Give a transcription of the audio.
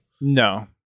No